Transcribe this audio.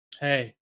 hey